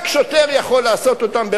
רק שוטר יכול לעשות אותם,